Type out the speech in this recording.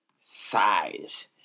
size